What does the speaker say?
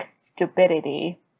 stupidity